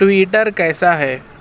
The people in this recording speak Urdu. ٹویٹر کیسا ہے